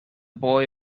boy